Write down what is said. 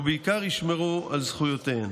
ובעיקר, ישמרו על זכויותיהן.